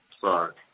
Sorry